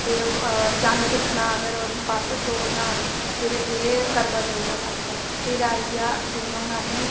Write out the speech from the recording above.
फिर चन्न दिक्खना फिर बर्त त्रोड़ना फिर एह् करवाचौथ दा बरत ऐ फिर आईया जियां हुन असें